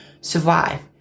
survive